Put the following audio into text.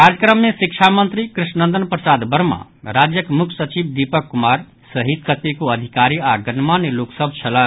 कार्यक्रम मे शिक्षा मंत्री कृष्णनंदन प्रसाद वर्मा राज्यक मुख्य सचिव दीपक कुमार सहित कतेको अधिकारी आओर गणमान्य लोक सभ छलाह